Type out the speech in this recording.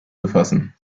befassen